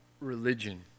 religion